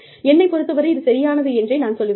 என்னைப் பொறுத்தவரை இது சரியானது என்றே நான் சொல்வேன்